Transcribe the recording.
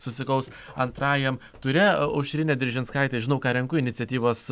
susikaus antrajam ture aušrinė diržinskaitė žinau ką renku iniciatyvos